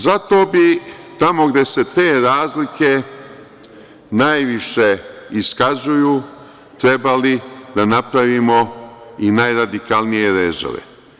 Zato bi tamo gde se te razlike najviše iskazuju trebali da napravimo i najradikalnije rezove.